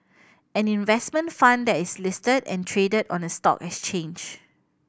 an investment fund that is listed and traded on a stock exchange